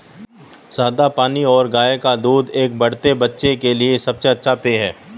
सादा पानी और गाय का दूध एक बढ़ते बच्चे के लिए सबसे अच्छा पेय हैं